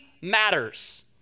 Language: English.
matters